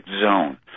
zone